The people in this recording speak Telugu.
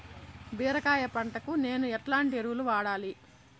బీరకాయ పంటకు నేను ఎట్లాంటి ఎరువులు వాడాలి?